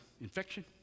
infection